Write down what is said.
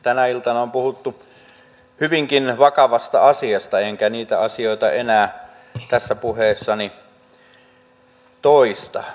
tänä iltana on puhuttu hyvinkin vakavasta asiasta enkä niitä asioita enää tässä puheessani toista